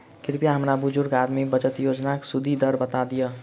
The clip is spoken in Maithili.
कृपया हमरा बुजुर्ग आदमी बचत योजनाक सुदि दर बता दियऽ